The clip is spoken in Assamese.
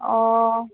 অঁ